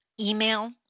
email